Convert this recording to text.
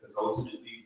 ultimately